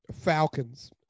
Falcons